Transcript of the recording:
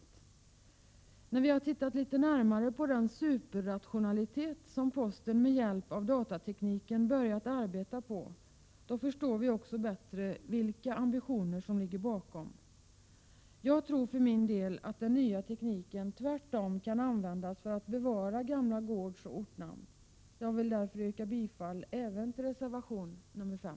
Men efter att ha tittat litet närmare på den superrationalitet som posten med hjälp av datortekniken börjat arbeta på förstår vi bättre vilka ambitioner som ligger bakom. Jag tror för min del att den nya tekniken tvärtom kan användas för att bevara gamla gårdsoch ortnamn. Jag vill därför yrka bifall även till reservation nr 5.